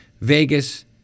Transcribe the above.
Vegas